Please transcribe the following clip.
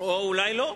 או, אולי לא.